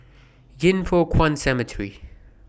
Yin Foh Kuan Cemetery